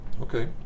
Okay